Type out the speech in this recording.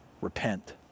repent